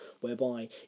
whereby